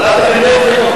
ועדת הפנים, מקובל?